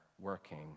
working